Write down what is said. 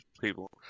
people